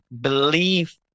believe